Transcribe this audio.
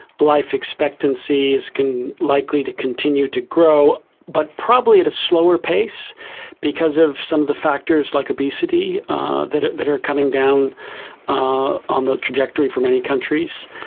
life expectancy is likely to continue to grow, but probably at a slower pace because of some of the factors like obesity that that are coming down ah on the trajectory for many countries.